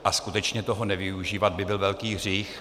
A skutečně toho nevyužívat by byl velký hřích.